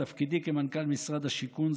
בתפקידי כמנכ"ל משרד השיכון,